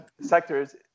sectors